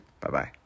Bye-bye